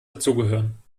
dazugehören